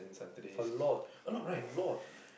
a lot a lot